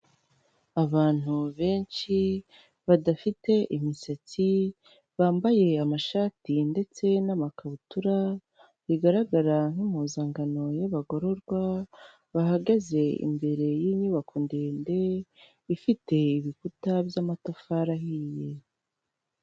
Abantu benshi badafite imisatsi bambaye amashati ndetse n'amakabutura bigaragara nk'impuzankano y'abagororwa bahagaze imbere y'inyubako ndende ifite ibikuta by'amatafari ahiye.